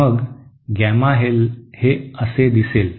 मग gamma L हे असे दिसेल